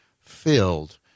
filled